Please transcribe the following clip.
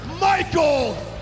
Michael